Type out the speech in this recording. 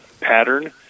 pattern